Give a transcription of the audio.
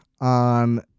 on